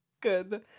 Good